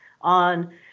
on